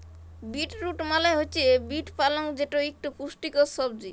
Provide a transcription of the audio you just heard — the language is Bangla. বিট রুট মালে হছে বিট পালং যেট ইকট পুষ্টিকর সবজি